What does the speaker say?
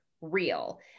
real